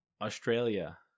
Australia